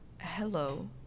hello